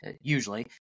usually